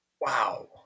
Wow